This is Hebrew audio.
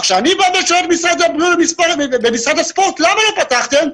אני צועק במשרד הבריאות ובמשרד הספורט ושואל: למה לא פתחתם?